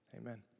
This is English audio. amen